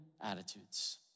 attitudes